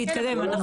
להתקדם.